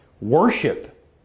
worship